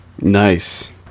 Nice